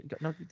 no